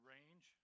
Range